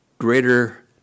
greater